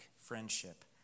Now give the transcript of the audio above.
friendship